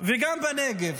וגם בנגב.